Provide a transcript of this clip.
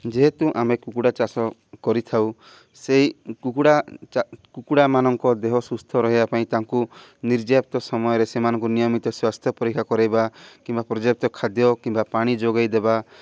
ଯେହେତୁ ଆମେ କୁକୁଡ଼ା ଚାଷ କରିଥାଉ ସେଇ କୁକୁଡ଼ା ଚା କୁକୁଡ଼ାମାନଙ୍କ ଦେହ ସୁସ୍ଥ ରହିବା ପାଇଁ ତାଙ୍କୁ ନିର୍ଯ୍ୟାପ୍ତ ସମୟରେ ସେମାନଙ୍କୁ ନିୟମିତ ସ୍ୱାସ୍ଥ୍ୟ ପରୀକ୍ଷା କରାଇବା କିମ୍ବା ପର୍ଯ୍ୟାପ୍ତ ଖାଦ୍ୟ କିମ୍ବା ପାଣି ଯୋଗାଇ ଦେବା